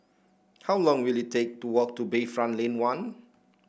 how long will it take to walk to Bayfront Lane One